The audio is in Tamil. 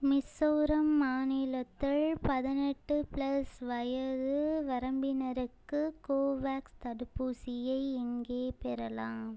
மிசோரம் மாநிலத்தில் பதினெட்டு ப்ளஸ் வயது வரம்பினருக்கு கோவேக்ஸ் தடுப்பூசியை எங்கே பெறலாம்